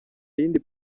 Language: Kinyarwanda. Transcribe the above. yindi